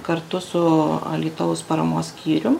kartu su alytaus paramos skyrium